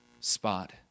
spot